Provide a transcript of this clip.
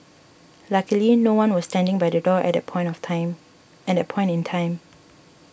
luckily no one was standing by the door at the point of time at point in time